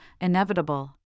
inevitable